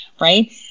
Right